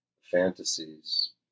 fantasies